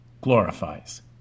glorifies